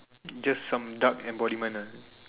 just some duck embodiment ah